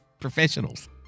professionals